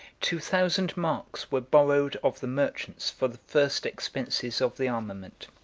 two thousand marks were borrowed of the merchants for the first expenses of the armament.